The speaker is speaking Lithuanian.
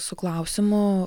su klausimu